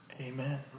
Amen